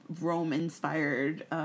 Rome-inspired